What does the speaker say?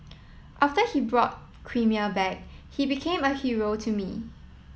after he brought Crimea back he became a hero to me